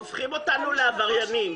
הופכים אותנו לעבריינים.